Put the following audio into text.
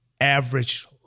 average